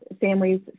families